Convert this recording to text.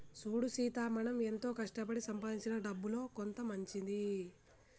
సూడు సీత మనం ఎంతో కష్టపడి సంపాదించిన డబ్బులో కొంత మంచిది